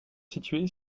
située